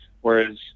whereas